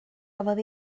gafodd